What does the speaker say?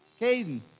Caden